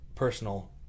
personal